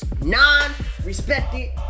Non-respected